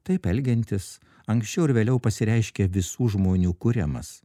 taip elgiantis anksčiau ar vėliau pasireiškia visų žmonių kuriamas